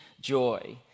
joy